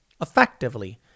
effectively